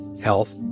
health